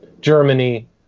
Germany